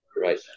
right